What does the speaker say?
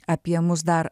apie mus dar